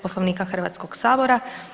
Poslovnika Hrvatskog sabora.